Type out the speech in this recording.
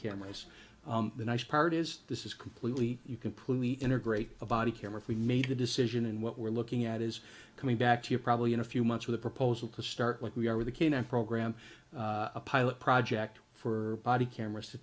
cameras the nice part is this is completely you completely integrate a body carefully made a decision and what we're looking at is coming back to you probably in a few months with a proposal to start like we are with a cane and program a pilot project for body cameras to